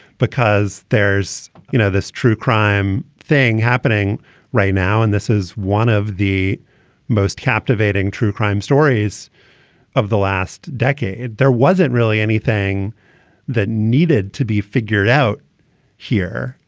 because there's, you know, this true crime thing happening right now. and this is one of the most captivating, true crime stories of the last decade. there wasn't really anything that needed to be figured out here.